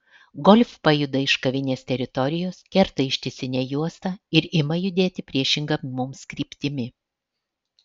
golf pajuda iš kavinės teritorijos kerta ištisinę juostą ir ima judėti priešinga mums kryptimi